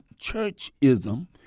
churchism